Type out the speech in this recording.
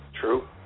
True